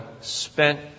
spent